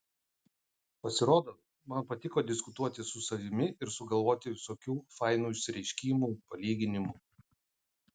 pasirodo man patiko diskutuoti su savimi ir sugalvoti visokių fainų išsireiškimų palyginimų